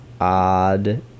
odd